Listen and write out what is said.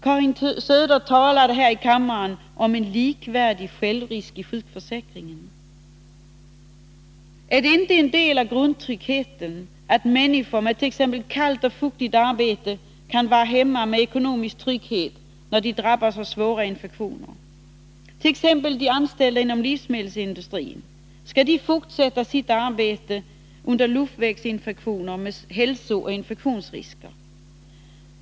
Karin Söder talade här i kammaren om en likvärdig självrisk i sjukförsäkringen. Är det inte en del av grundtryggheten att människor med t.ex. kallt och fuktigt arbete kan vara hemma med ekonomisk trygghet när de drabbas av svåra infektioner? på de anställda inom livsmedelsindustrin. Skall de fortsätta sitt arbete under luftvägsinfektioner, med hälsooch infektionsrisker?